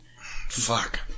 Fuck